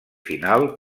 final